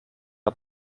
het